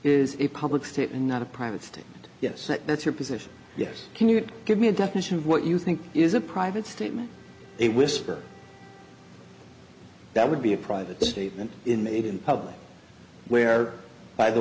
is a public statement not a private thing yes that's your position yes can you give me a definition of what you think is a private statement a whisper that would be a private statement in public where by the